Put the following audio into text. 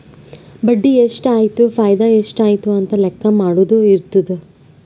ಬಡ್ಡಿ ಎಷ್ಟ್ ಆಯ್ತು ಫೈದಾ ಎಷ್ಟ್ ಆಯ್ತು ಅಂತ ಲೆಕ್ಕಾ ಮಾಡದು ಇರ್ತುದ್